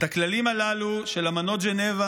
את הכללים הללו של אמנות ז'נבה,